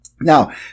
Now